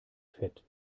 fett